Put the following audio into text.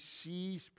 sees